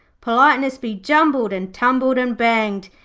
politeness be jumbled and tumbled and banged.